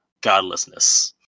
Godlessness